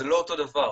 זה לא אותו דבר,